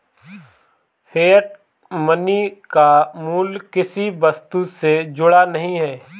fiat money का मूल्य किसी वस्तु से जुड़ा नहीं है